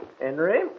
Henry